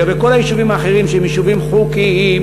לגבי כל היישובים האחרים, שהם יישובים חוקיים,